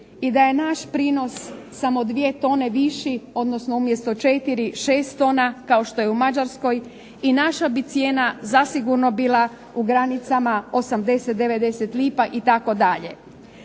i da je naš prinos samo 2 tone viši, odnosno umjesto 4, 6 tona, kao što je u Mađarskoj i naša bi cijena zasigurno bila u granicama 80, 90 lipa itd.